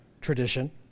tradition